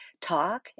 talk